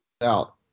out